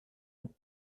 and